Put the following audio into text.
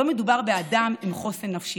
לא מדובר באדם עם חוסן נפשי.